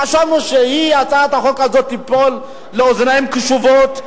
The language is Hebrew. חשבנו שהצעת החוק הזאת תיפול על אוזניים קשובות,